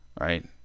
right